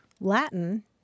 Latin